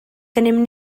gennym